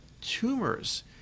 tumors